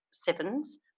sevens